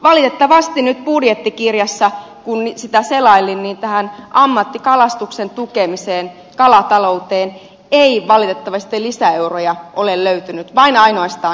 valitettavasti nyt budjettikirjassa kun sitä selailin tähän ammattikalastuksen tukemiseen kalatalouteen ei valitettavasti lisäeuroja ole löytynyt vain ja ainoastaan leikkauslistaa